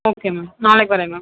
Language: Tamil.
ஓகே மேம் நாளைக்கு வரேன் மேம்